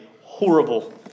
horrible